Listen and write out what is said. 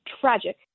tragic